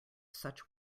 such